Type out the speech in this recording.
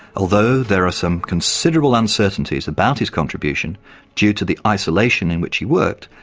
although there are some considerable uncertainties about his contribution due to the isolation in which he worked,